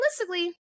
realistically